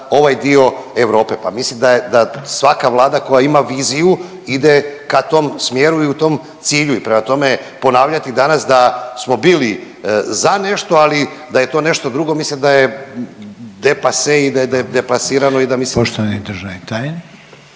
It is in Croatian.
ovaj dio Europe. Pa mislim da svaka vlada koja ima viziju ide ka tom smjeru i prema tom cilju. I prema tome ponavljati danas da smo bili za nešto, ali da je to nešto drugo mislim da je de pase i da je deplasirano i